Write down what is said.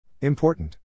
Important